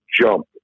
jump